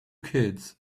kids